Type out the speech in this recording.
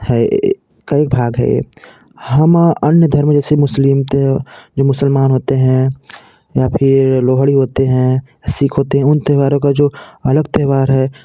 है कई भाग है हम अन्य धर्म जैसे मुस्लिम त जो मुसलमान होते हैं या फिर लोहड़ी होते हैं सिख होते हैं उन त्यौहारों का जो अलग त्यौहार है